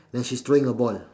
then she's throwing a ball